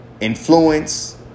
influence